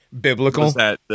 Biblical